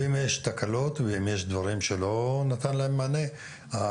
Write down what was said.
ואם יש תקלות ואם יש דברים שהוא לא נתן להם מענה אנחנו